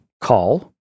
call